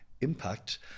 impact